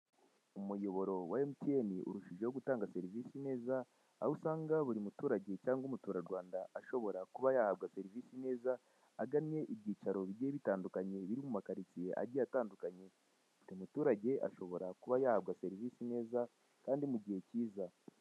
Umuyoboro wa emutiyeni urushijeho gutanga serivise neza aho usanga buri muturage cyangwa umuturarwanda ashobora kuba yahabwa serivise neza agannye ibyicaro bigiye bitandukanye biri mu makaritsiye agiye atandukanye, buri mururage ashobora kuba yahabwa serivise neza kandi mu gihe kiza.